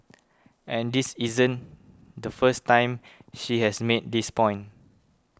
and this isn't the first time she has made this point